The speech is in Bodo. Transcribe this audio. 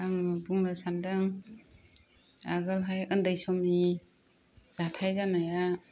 आं बुंनो सानदों आगोलहाय उन्दै समनि जाथाय जानाया